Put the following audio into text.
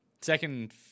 Second